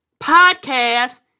Podcast